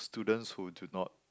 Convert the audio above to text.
students who do not